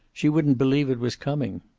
she wouldn't believe it was coming.